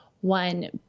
one